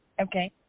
Okay